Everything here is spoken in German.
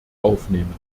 aufnehmen